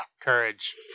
Courage